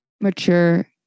mature